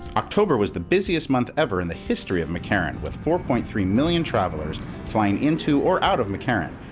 october was the busiest month ever in the history of mccarran with four point three million travelers flying into or out of mccarran,